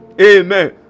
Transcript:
Amen